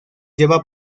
lleva